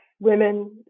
women